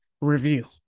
review